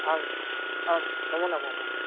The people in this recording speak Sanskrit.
आम् आं नमो नमः महोदयः